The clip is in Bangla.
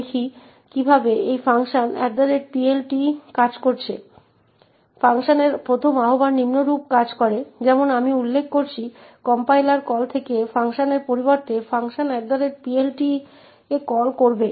তাহলে যা হয়েছে তা হল যে s এর মান যা 0 হওয়ার কথা তা printf এ উপস্থিত দুর্বলতার কারণে পরিবর্তন করা হয়েছে এবং 60 এর মান পেয়েছে